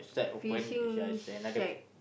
fishing shack